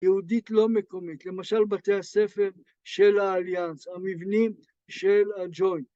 יהודית לא מקומית, למשל בתי הספר של האליאנס, המבנים של הג'וינט